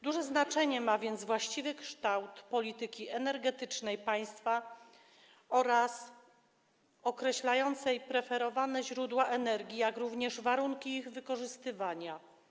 Duże znaczenie ma więc właściwy kształt polityki energetycznej państwa, określającej preferowane źródła energii i warunki ich wykorzystywania.